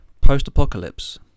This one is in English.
Post-apocalypse